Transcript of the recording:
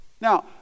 Now